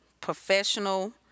professional